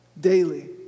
daily